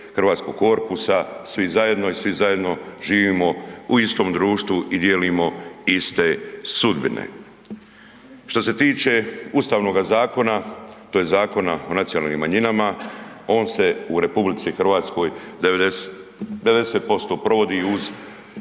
hrvatskog korpusa, svi zajedno i svi zajedno živimo u istom društvu i dijelimo iste sudbine. Što se tiče Ustavnoga zakona, tj. Zakona o nacionalnim manjinama, on se u RH 90% provodi uz